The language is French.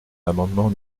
l’amendement